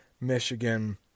Michigan